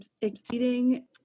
exceeding